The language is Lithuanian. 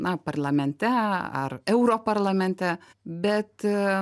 na parlamente ar europarlamente bet